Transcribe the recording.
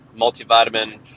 multivitamin